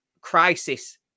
crisis